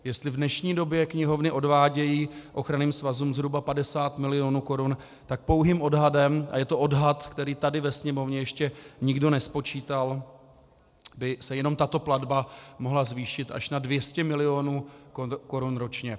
Jestli v dnešní době knihovny odvádějí ochranným svazům zhruba 50 milionů korun, tak pouhým odhadem, a je to odhad, který tady ve Sněmovně ještě nikdo nespočítal, by se jenom tato platba mohla zvýšit až na 200 milionů korun ročně.